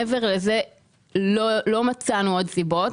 מעבר לזה לא מצאנו עוד סיבות.